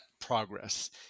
progress